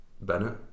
Bennett